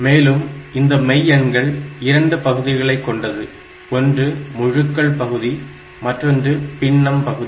மேலும் இந்த மெய் எண்கள் இரண்டு பகுதிகளைக் கொண்டது ஒன்று முழுக்கள் பகுதி மற்றொன்று பின்னம் பகுதி